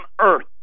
earth